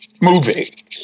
movie